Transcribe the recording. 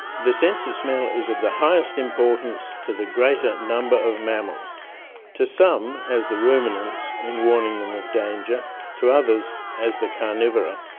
the sense of smell is of the highest importance to the greater number of mammals to some, as the ruminants, in warning them of danger to others, as the carnivora,